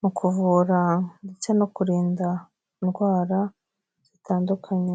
mu kuvura ndetse no kurinda indwara zitandukanye.